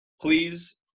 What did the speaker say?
Please